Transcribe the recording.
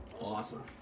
Awesome